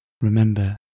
Remember